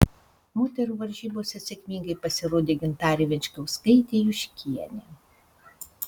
moterų varžybose sėkmingai pasirodė gintarė venčkauskaitė juškienė